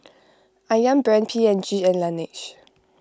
Ayam Brand P and G and Laneige